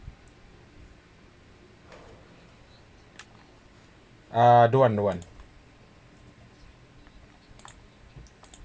uh don't want don't want